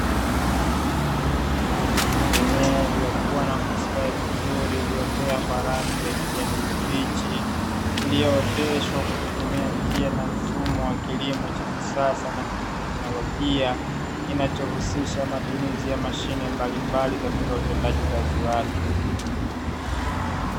Mimea iliyokuwa na kustawi vizuri iliyopea kwa rangi ya kijani kibichi, iliyooteshwa kwa kutumia njia na mfumo wa kilimo cha kisasa na cha kiteknolojia, kinachohusisha matumizi ya mashine mbalimbali katika utendaji kazi wake.